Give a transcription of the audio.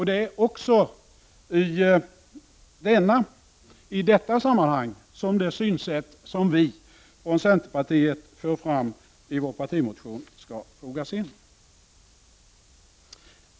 Det är också i detta sammanhang som det synsätt som vi i centerpartiet för fram i vår partimotion skall fogas in.